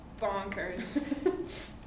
bonkers